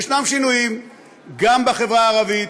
יש שינויים גם בחברה הערבית,